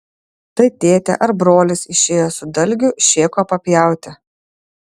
tai tėtė ar brolis išėjo su dalgiu šėko papjauti